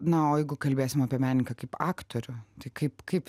na o jeigu kalbėsime apie menininką kaip aktorių tai kaip kaip